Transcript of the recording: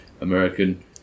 American